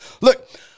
Look